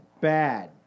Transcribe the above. Bad